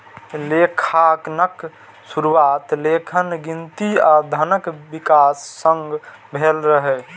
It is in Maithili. लेखांकनक शुरुआत लेखन, गिनती आ धनक विकास संग भेल रहै